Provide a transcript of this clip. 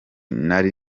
nari